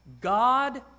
God